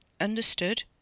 Understood